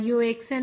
Xn power um